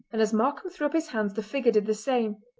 and as markam threw up his hands the figure did the same.